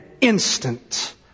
instant